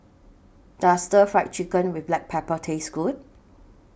Does Stir Fry Chicken with Black Pepper Taste Good